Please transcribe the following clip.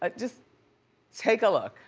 ah just take a look.